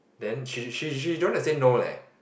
the she she she don't want to say no leh